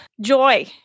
Joy